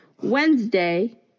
Wednesday